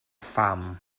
pham